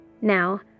Now